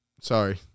Sorry